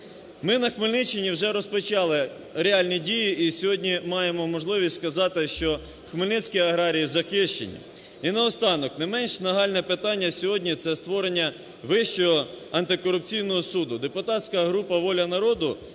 Ми на Хмельниччині вже розпочали реальні дії і сьогодні маємо можливість сказати, що хмельницькі аграрії захищені. І наостанок, не менш нагальне питання сьогодні – це створення Вищого антикорупційного суду. Депутатська група "Воля народу"